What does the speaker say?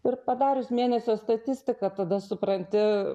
ir padarius mėnesio statistiką tada supranti